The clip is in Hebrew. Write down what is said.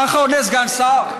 ככה עונה סגן שר?